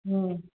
হুম